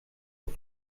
auf